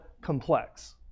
complex